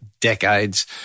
decades